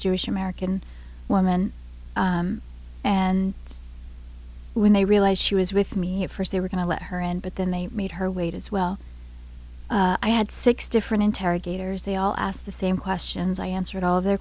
jewish american woman and that's when they realize she was with me at first they were going to let her in but then they made her wait as well i had six different interrogators they all asked the same questions i answered all the